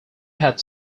had